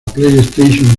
playstation